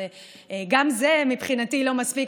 גם זה מבחינתי לא מספיק,